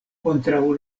kontraŭ